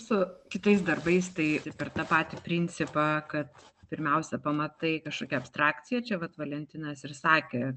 su kitais darbais tai per tą patį principą kad pirmiausia pamatai kažkokią abstrakciją čia vat valentinas ir sakė